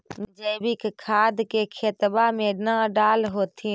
जैवीक खाद के खेतबा मे न डाल होथिं?